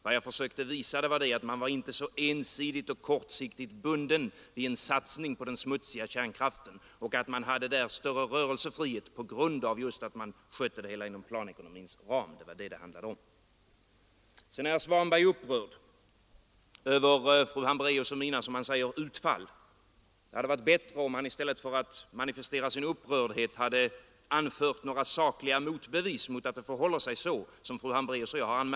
Vad jag försökte illustrera var att man i Sovjet inte var så ensidigt och kortsiktigt bunden vid en satsning på den smutsiga kärnkraften och att man hade större rörelsefrihet just på grund av att man skötte det hela inom planekonomins ram. Det var detta det handlade om. Herr Svanberg är upprörd över fru Hambraeus” och mina, som han säger, utfall. Det hade varit bättre om herr Svanberg i stället för att manifestera sin upprördhet hade anfört några sakliga motbevis mot att det förhåller sig så som fru Hambraeus och jag har sagt.